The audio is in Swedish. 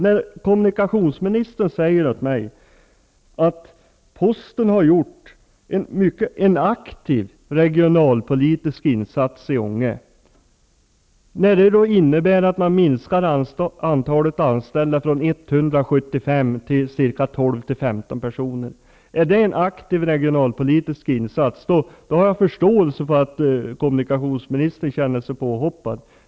När kommunikationsministern säger att posten har gjort en aktiv regionalpolitisk insats i Ånge då den minskar antalet anställda från 175 till 12--15 personer, förstår jag att kommunikationsministern känner sig påhoppad.